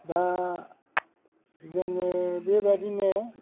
दा जोङो बेबादिनो